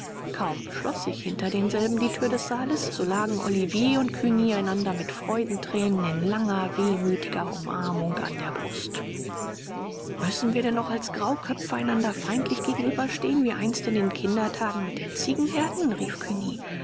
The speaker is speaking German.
kaum schloß sich hinter denselben die thür des saales so lagen olivier und cugny einander mit freudenthränen in langer wehmütiger umarmung an der brust müssen wir denn noch als grauköpfe einander feindlich gegenüber stehen wie einst in den kindertagen mit den ziegenherden rief